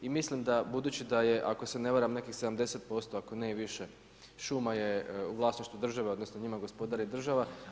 I mislim da je budući da je ako se ne varam nekih 70% ako ne i više šuma je u vlasništvu države odnosno njima gospodari država.